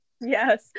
yes